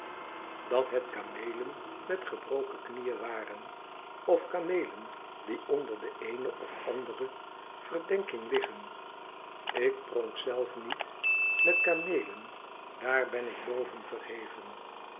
dat het kameelen met gebroken knieën waren of kameelen die onder de eene of andere verdenking liggen ik pronk zelf niet met kameelen daar ben ik boven verheven